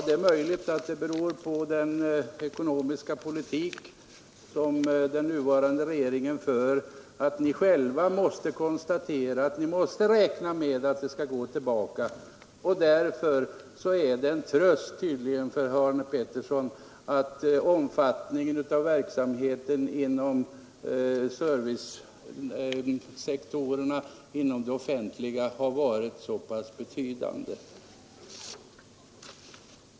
Det är möjligt att det beror på den ekonomiska politik som nuvarande regeringen för, att ni själva tvingats konstatera att vi måste räkna med att det skall gå tillbaka. Därför är det tydligen en tröst för herr Arne Pettersson att ökningen av verksamheten på tjänstesektorn inom det offentliga har varit så betydande.